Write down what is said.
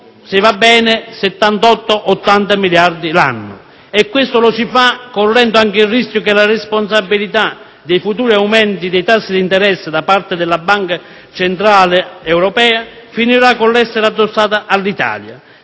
se va bene, 78-80 miliardi l'anno. Si interviene correndo anche il rischio che la responsabilità dei futuri aumenti dei tassi d'interesse da parte della Banca Centrale Europea finirà per essere addossata all'Italia,